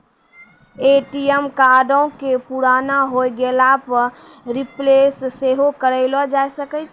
ATM कार्डो के पुराना होय गेला पे रिप्लेस सेहो करैलो जाय सकै छै